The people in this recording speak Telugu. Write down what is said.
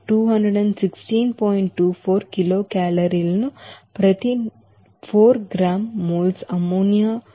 24 కిలోకేలరీలను ప్రతి 4 gram mole అమ్మోనియా మోల్ కు పొందవచ్చు